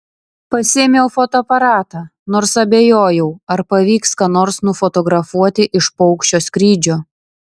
pasiėmiau fotoaparatą nors abejojau ar pavyks ką nors nufotografuoti iš paukščio skrydžio